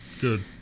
Good